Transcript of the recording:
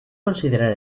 considerar